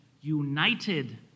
United